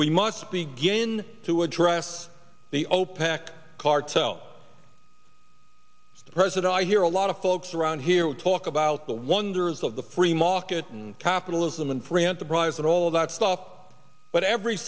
we must begin to address the opec cartel the president i hear a lot of folks around here will talk about the wonders of the free market and capitalism and free enterprise and all of that stuff but every